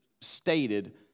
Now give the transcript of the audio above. stated